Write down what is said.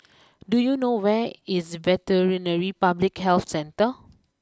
do you know where is Veterinary Public Health Centre